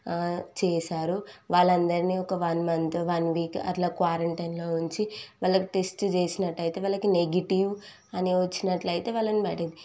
చేశారు వాళ్ళందరిని ఒక వన్ మంత్ వన్ వీక్ అట్లా క్వారంటైన్లో ఉంచి వాళ్ళకి టెస్ట్ చేసినట్లయితే వాళ్ళకి నెగిటివ్ అని వచ్చినట్టయితే వాళ్ళని బయటకి